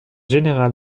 générale